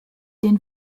den